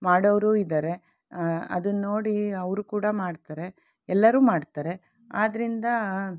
ಮಾಡೋರು ಇದ್ದಾರೆ ಅದನ್ನೋಡಿ ಅವರು ಕೂಡ ಮಾಡ್ತಾರೆ ಎಲ್ಲರೂ ಮಾಡ್ತಾರೆ ಆದ್ದರಿಂದ